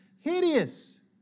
hideous